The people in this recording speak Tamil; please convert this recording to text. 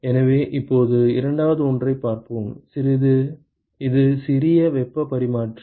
எனவே இப்போது இரண்டாவது ஒன்றைப் பார்ப்போம் இது சிறிய வெப்பப் பரிமாற்றி